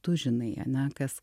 tu žinai ane kas